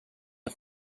the